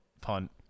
punt